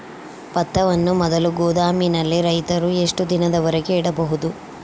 ಭತ್ತವನ್ನು ಮೊದಲು ಗೋದಾಮಿನಲ್ಲಿ ರೈತರು ಎಷ್ಟು ದಿನದವರೆಗೆ ಇಡಬಹುದು?